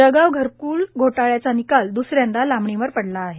जळगाव घरक्ल घोटाळ्याचा निकाल द्सऱ्यांदा लांबीवर पडला आहे